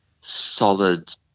solid